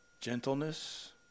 gentleness